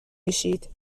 میشید